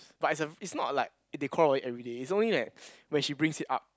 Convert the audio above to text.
but is a is not like they quarrel over it everyday is only like when she brings it up